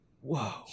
whoa